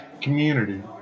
community